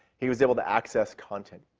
he was able to access content.